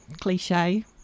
cliche